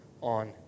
on